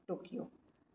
Tokyo